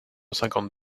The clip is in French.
cinquante